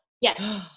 Yes